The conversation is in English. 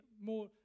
more